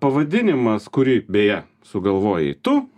pavadinimas kurį beje sugalvojai tu